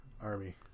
army